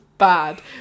bad